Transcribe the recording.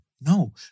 No